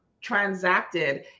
transacted